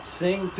sing